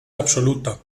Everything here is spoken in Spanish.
absoluta